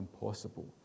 impossible